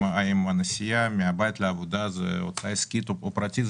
האם הנסיעה מן הבית לעבודה זה הוצאה עסקית או פרטית,